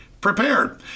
prepared